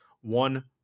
one